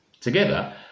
Together